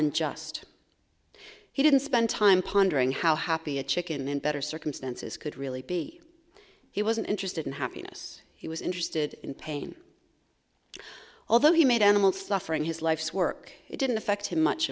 unjust he didn't spend time pondering how happy a chicken in better circumstances could really be he wasn't interested in happiness he was interested in pain although he made animal suffering his life's work it didn't affect him much